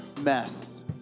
mess